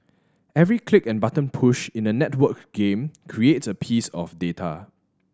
every click and button push in a networked game a piece of data